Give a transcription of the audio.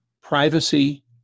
privacy